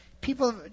people